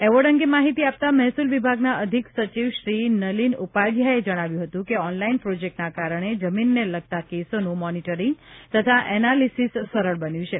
award અંગે માહિતી આપતા મહેસૂલ વિભાગના અધિક સચિવ શ્રી નલીન ઉપાધ્યાયે જણાવ્યું હતું કે ઓનલાઇન પ્રોજેક્ટના કારણે જમીનને લગતો કેસોનું મોનિટરીંગ તથા એનાલિસિસ સરળ બન્યું છે